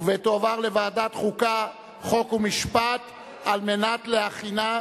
לוועדת החוקה, חוק ומשפט נתקבלה.